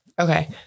Okay